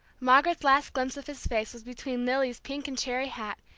margaret's last glimpse of his face was between lily's pink and cherry hat,